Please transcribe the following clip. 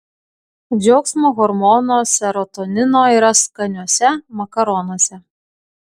džiaugsmo hormono serotonino yra skaniuose makaronuose